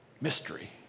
mystery